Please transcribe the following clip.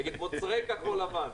תגיד, מוצרי כחול לבן.